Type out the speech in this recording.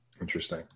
Interesting